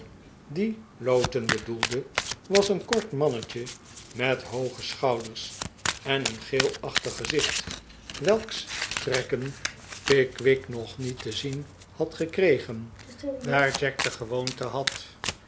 dien lowten bedoelde was een kort mannetje met hooge schouders en een geelachtig gezicht welks trekken pickwick nog niet te zien had gekregen daar jack de gewoonte had